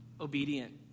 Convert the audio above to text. obedient